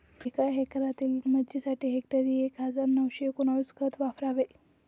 एका एकरातील मिरचीसाठी हेक्टरी एक हजार नऊशे एकोणवीस खत वापरावे